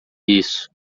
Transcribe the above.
isso